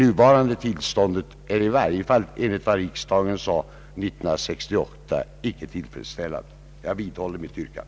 Enligt vad riksdagen uttalade 1968 är det nuvarande tillståndet i varje fall icke tillfredsställande. Jag vidhåller mitt yrkande.